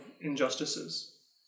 injustices